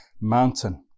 mountain